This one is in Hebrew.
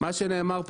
מה שנאמר,